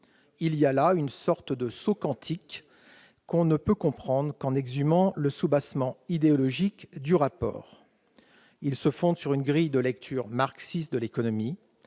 Il y a là une sorte de « saut quantique », que l'on ne peut comprendre qu'en exhumant le soubassement idéologique du rapport, qui est fondé sur une grille de lecture marxiste de l'économie